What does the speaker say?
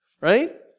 right